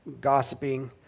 gossiping